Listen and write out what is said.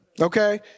okay